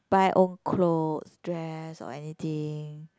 buy own clothes dress or anything